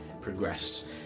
progress